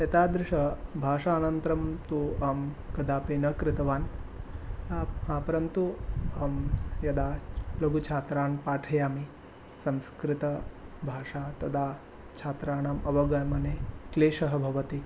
एतादृशं भाषान्तरं तु अहं कदापि न कृतवान् परन्तु यदा लघुछात्रान् पाठयामि संस्कृतभाषा तदा छात्राणाम् अवगमने क्लेशः भवति